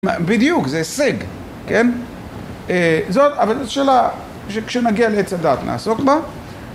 בדיוק, זה השג, כן, אבל זאת שאלה שכשנגיע לעץ הדעת נעסוק בה